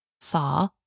Saw